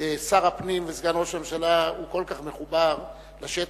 שר הפנים וסגן ראש הממשלה הוא כל כך מחובר לשטח,